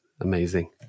amazing